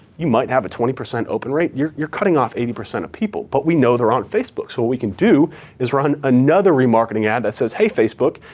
you might have a twenty percent open rate, you're you're cutting off eighty percent of people. but we know they're on facebook, so what we can do is run another remarketing ad that says, hey facebook,